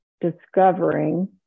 discovering